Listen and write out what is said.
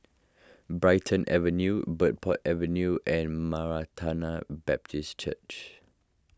Brighton Avenue Bridport Avenue and Baptist Church